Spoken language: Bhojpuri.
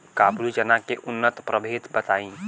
काबुली चना के उन्नत प्रभेद बताई?